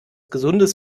gesundes